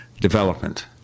development